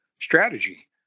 strategy